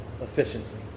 efficiency